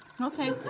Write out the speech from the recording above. Okay